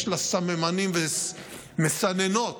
יש לה סממנים ומסננות